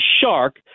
shark